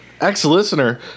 Ex-listener